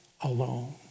alone